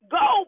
go